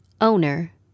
owner